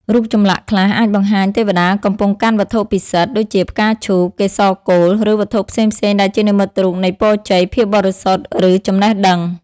រូបចម្លាក់ខ្លះអាចបង្ហាញទេវតាកំពុងកាន់វត្ថុពិសិដ្ឋ ដូចជាផ្កាឈូក កេសរកូល ឬវត្ថុផ្សេងៗដែលជានិមិត្តរូបនៃពរជ័យ ភាពបរិសុទ្ធ ឬចំណេះដឹង។